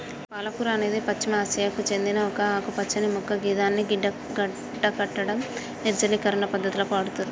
పాలకూర అనేది పశ్చిమ ఆసియాకు సేందిన ఒక ఆకుపచ్చని మొక్క గిదాన్ని గడ్డకట్టడం, నిర్జలీకరణ పద్ధతులకు వాడుతుర్రు